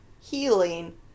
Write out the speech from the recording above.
healing